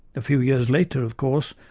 a few years later, of course,